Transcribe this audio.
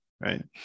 Right